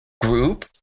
group